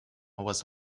was